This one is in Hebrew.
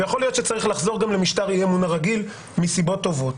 ויכול להיות שצריך לחזור גם למשטר אי-האמון הרגיל מסיבות טובות,